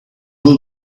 will